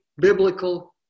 biblical